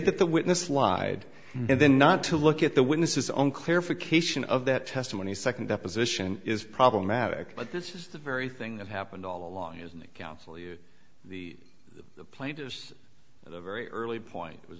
that the witness lied and then not to look at the witness is unclear for cation of that testimony second deposition is problematic but this is the very thing that happened all along isn't it counsel you the plaintiff's the very early point was